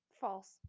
False